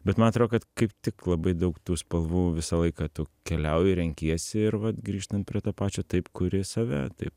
bet man atro kad kaip tik labai daug tų spalvų visą laiką tu keliauji renkiesi ir vat grįžtant prie to pačio taip kuri save taip